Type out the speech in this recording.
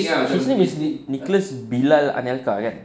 his his name is nicholas bilal anelka kan